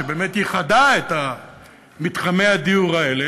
שבאמת ייחדה את מתחמי הדיור האלה.